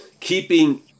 keeping